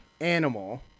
animal